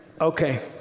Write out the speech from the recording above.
Okay